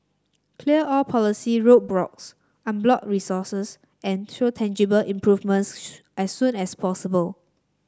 clear all policy roadblocks unblock resources and show tangible improvements as soon as possible